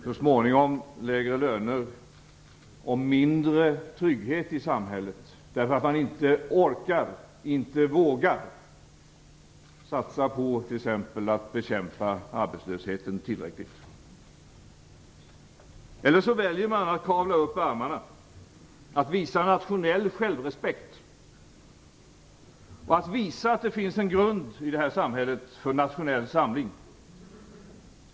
Så småningom leder det till lägre löner och mindre trygghet i samhället, därför att man inte orkar och inte vågar att satsa t.ex. på att bekämpa arbetslösheten tillräckligt. Eller också väljer man att kavla upp ärmarna, att visa nationell självrespekt och att visa att det finns en grund för nationell samling i det här samhället.